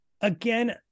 again